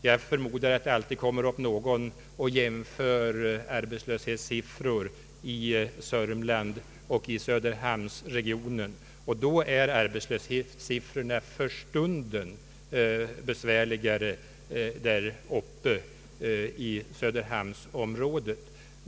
Jag förmodar att det all tid kommer upp någon och jämför arbetslöshetssiffror i Sörmland och i Söderhamnsregionen, Då finner man att arbetslöshetssiffrorna för stunden är större där uppe i Söderhamnsområdet.